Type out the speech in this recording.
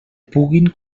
puguin